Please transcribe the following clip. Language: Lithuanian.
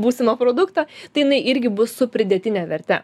būsimą produktą tai jinai irgi bus su pridėtine verte